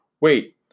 wait